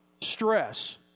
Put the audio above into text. stress